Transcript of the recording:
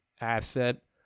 asset